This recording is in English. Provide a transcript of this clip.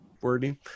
wording